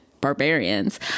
Barbarians